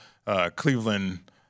Cleveland